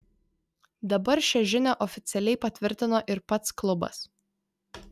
dabar šią žinią oficialiai patvirtino ir pats klubas